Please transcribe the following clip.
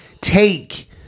take